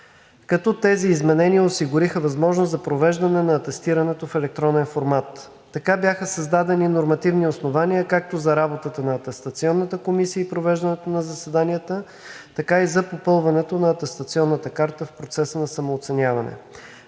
като тези изменения осигуриха възможност за провеждане на атестирането в електронен формат. Така бяха създадени нормативни основания както за работата на Атестационната комисия и провеждането на заседанията, така и за попълването на атестационната карта в процеса на самооценяване.